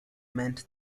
meant